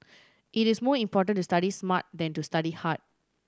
it is more important to study smart than to study hard